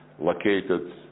located